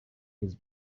his